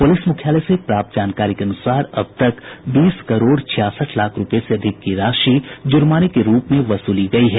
police मुख्यालय से प्राप्त जानकारी के अनुसार अब तक बीस करोड़ छियासठ लाख रूपये से अधिक की राशि जुर्माने के रूप में वसूली गयी है